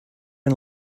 and